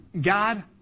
God